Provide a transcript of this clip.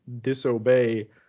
disobey